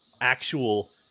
actual